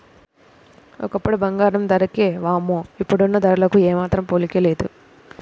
ఒకప్పుడు బంగారం ధరకి వామ్మో ఇప్పుడున్న ధరలకు ఏమాత్రం పోలికే లేదు